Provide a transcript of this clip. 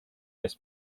this